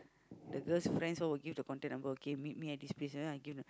the girl's friends all will give the contact number okay meet me at this place and then I give